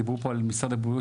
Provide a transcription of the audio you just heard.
דיברו פה על משרד הבריאות,